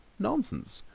nonsense!